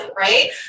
Right